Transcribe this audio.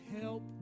help